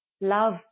love